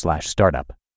startup